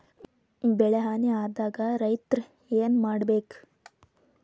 ಬೆಳಿ ಹಾನಿ ಆದಾಗ ರೈತ್ರ ಏನ್ ಮಾಡ್ಬೇಕ್?